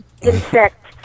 insect